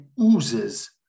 oozes